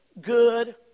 good